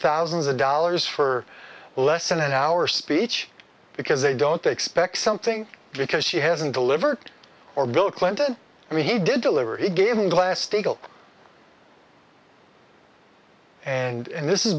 thousands of dollars for less than an hour speech because they don't expect something because she hasn't delivered or bill clinton and he did deliver it gave them glass steagall and this